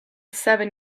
seven